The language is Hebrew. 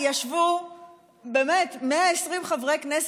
ישבו 120 חברי כנסת,